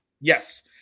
Yes